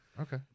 Okay